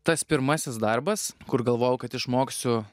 tas pirmasis darbas kur galvojau kad išmoksiu